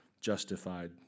justified